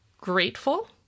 grateful